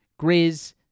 Grizz